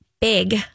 big